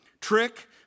trick